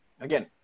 again